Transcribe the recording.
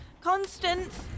Constance